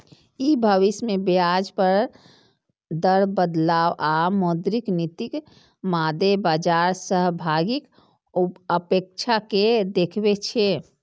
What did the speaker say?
ई भविष्य मे ब्याज दर बदलाव आ मौद्रिक नीतिक मादे बाजार सहभागीक अपेक्षा कें देखबै छै